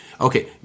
okay